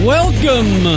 Welcome